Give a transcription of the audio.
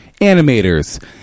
animators